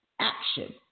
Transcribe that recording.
action